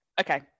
Okay